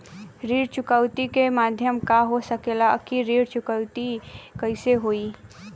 ऋण चुकौती के माध्यम का हो सकेला कि ऋण चुकौती कईसे होई?